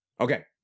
Okay